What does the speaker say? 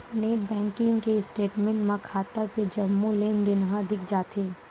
net banking के statement म खाता के जम्मो लेनदेन ह दिख जाथे